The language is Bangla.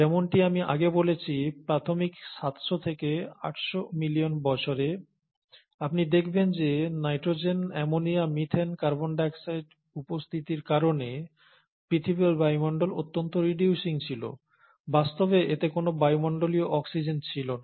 যেমনটি আমি আগে বলেছি প্রাথমিক 700 থেকে 800 মিলিয়ন বছরে আপনি দেখবেন যে nitrogen ammonia methane carbon dioxide উপস্থিতির কারণে পৃথিবীর বায়ুমণ্ডল অত্যন্ত রিডিউসিং ছিল বাস্তবে এতে কোন বায়ুমণ্ডলীয় অক্সিজেন ছিল না